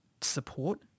support